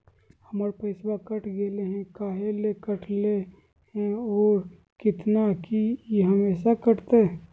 हमर पैसा कट गेलै हैं, काहे ले काटले है और कितना, की ई हमेसा कटतय?